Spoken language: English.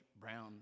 Brown